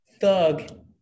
thug